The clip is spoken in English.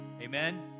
Amen